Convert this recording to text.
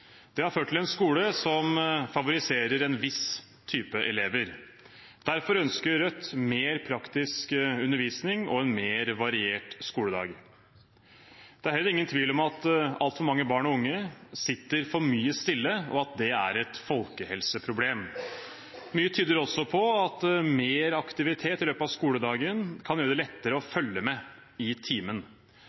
Det har ført til en skole som favoriserer en viss type elever. Derfor ønsker Rødt mer praktisk undervisning og en mer variert skoledag. Det er heller ingen tvil om at altfor mange barn og unge sitter for mye stille, og at det er et folkehelseproblem. Mye tyder også på at mer aktivitet i løpet av skoledagen kan gjøre det lettere å følge med i timen.